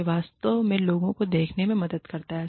यह वास्तव में लोगों को देखने में मदद करता है